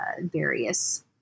various